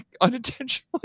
unintentionally